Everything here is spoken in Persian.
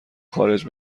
خارج